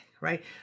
right